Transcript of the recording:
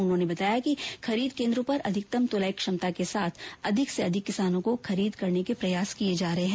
उन्होंने बताया कि खरीद केन्द्रों पर अधिकतम तुलाई क्षमता के साथ अधिक से अधिक किसानों से खरीद करने के प्रयास किये जा रहे हैं